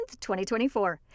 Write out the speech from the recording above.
2024